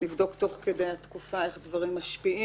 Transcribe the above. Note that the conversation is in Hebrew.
לבדוק תוך כדי התקופה איך הדברים משפיעים,